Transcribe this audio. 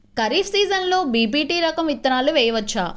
ఖరీఫ్ సీజన్లో బి.పీ.టీ రకం విత్తనాలు వేయవచ్చా?